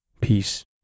peace